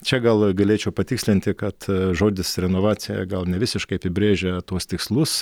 čia gal galėčiau patikslinti kad žodis renovacija gal nevisiškai apibrėžia tuos tikslus tačiau